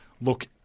look